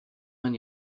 man